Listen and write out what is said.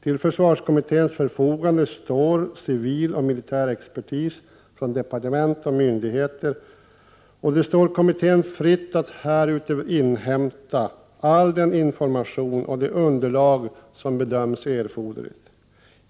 Till försvarskommitténs förfogande står civil och militär expertis från departement och myndigheter, och det står kommittén fritt att härutöver inhämta all den information och det underlag den bedömer som erforderlig.